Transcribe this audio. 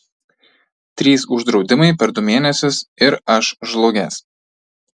trys uždraudimai per du mėnesius ir aš žlugęs